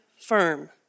firm